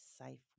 safe